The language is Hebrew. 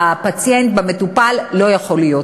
בפציינט, במטופל, לא יכול להיות.